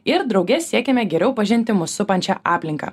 ir drauge siekiame geriau pažinti mus supančią aplinką